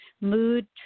mood